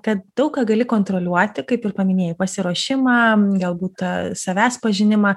kad daug ką gali kontroliuoti kaip ir paminėjai pasiruošimą gabūt tą savęs pažinimą